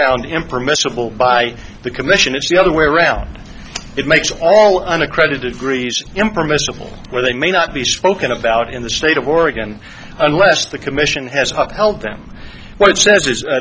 found impermissible by the commission it's the other way around it makes all unaccredited grease impermissible where they may not be spoken about in the state of oregon unless the commission has upheld them what it says